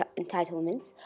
entitlements